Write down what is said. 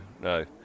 no